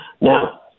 Now